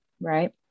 right